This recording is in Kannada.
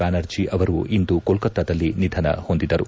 ಬ್ಲಾನರ್ಜಿ ಅವರು ಇಂದು ಕೋಲ್ಲತ್ತಾದಲ್ಲಿ ನಿಧನ ಹೊಂದಿದರು